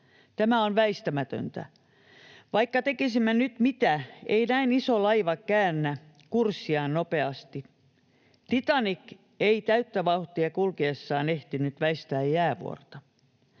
Tämä on väistämätöntä. Vaikka tekisimme nyt mitä, ei näin iso laiva käännä kurssiaan nopeasti. Titanic ei täyttä vauhtia kulkiessaan ehtinyt väistää jäävuorta.